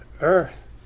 earth